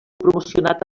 promocionat